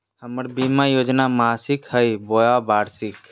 हमर बीमा योजना मासिक हई बोया वार्षिक?